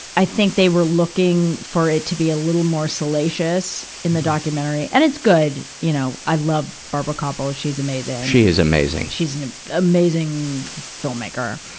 think they were looking for it to be a little more salacious in the documentary. and it's good, you know. i love barbara kopple she's amazing. she is amazing. she's an amazing filmmaker.